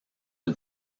une